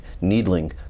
needling